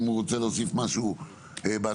אם הוא רוצה להוסיף משהו בהתחלה.